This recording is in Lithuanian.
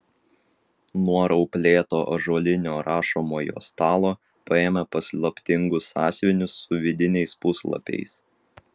nuo rauplėto ąžuolinio rašomojo stalo paėmė paslaptingus sąsiuvinius su vidiniais puslapiais